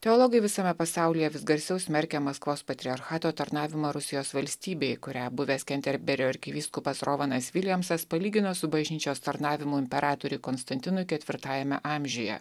teologai visame pasaulyje vis garsiau smerkia maskvos patriarchato tarnavimą rusijos valstybei kurią buvęs kenterberio arkivyskupas rovanas viljamsas palygino su bažnyčios tarnavimu imperatoriui konstantinui ketvirtajame amžiuje